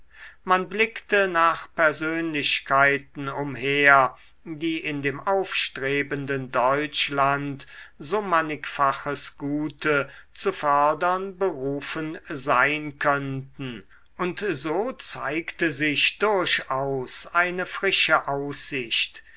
man blickte nach persönlichkeiten umher die in dem aufstrebenden deutschland so mannigfaches gute zu fördern berufen sein könnten und so zeigte sich durchaus eine frische aussicht